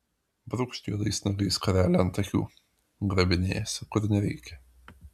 brūkšt juodais nagais skarelę ant akių grabinėjasi kur nereikia